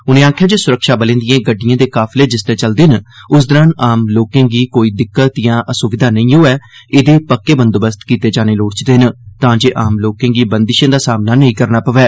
उनें आक्खेआ जे सुरक्षा बलें दिए गड़िडएं दे काफिले जिसलै चलदे न उस दौरान आम लोकें गी कोई दिक्कत या असुविधा नेई होऐ एदे पक्के इंतजाम कीते जाने लोड़चदे तां जे आम लोकें गी बंदिशें दा सामना नेंई करना पवै